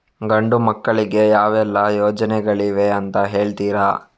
ಗಂಡು ಮಕ್ಕಳಿಗೆ ಯಾವೆಲ್ಲಾ ಯೋಜನೆಗಳಿವೆ ಅಂತ ಹೇಳ್ತೀರಾ?